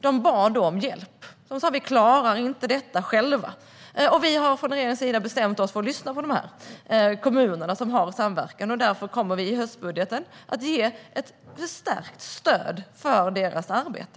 De bad om hjälp och sa: Vi klarar inte detta själva. Vi i regeringen har bestämt oss för att lyssna på dessa kommuner, som har samverkan, och därför kommer vi i höstbudgeten att ge ett förstärkt stöd till deras arbete.